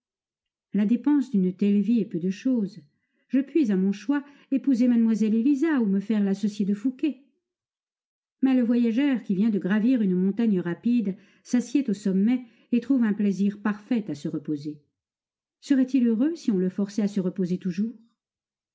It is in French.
la dépense d'une telle vie est peu de chose je puis à mon choix épouser mlle élisa ou me faire l'associé de fouqué mais le voyageur qui vient de gravir une montagne rapide s'assied au sommet et trouve un plaisir parfait à se reposer serait-il heureux si on le forçait à se reposer toujours